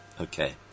Okay